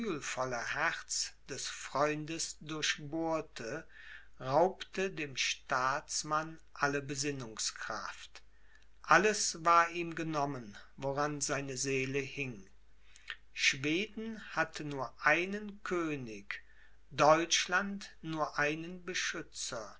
herz des freundes durchbohrte raubte dem staatsmann alle besinnungskraft alles war ihm genommen woran seine seele hing schweden hatte nur einen könig deutschland nur einen beschützer